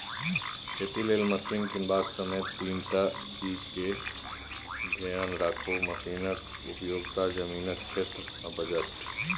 खेती लेल मशीन कीनबाक समय तीनटा चीजकेँ धेआन राखु मशीनक उपयोगिता, जमीनक क्षेत्र आ बजट